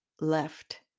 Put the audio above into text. left